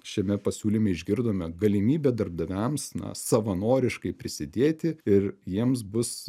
šiame pasiūlyme išgirdome galimybę darbdaviams na savanoriškai prisidėti ir jiems bus